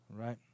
Right